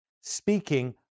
speaking